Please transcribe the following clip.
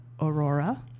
Aurora